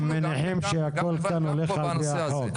הם מניחים שהכול כאן הולך על פי החוק.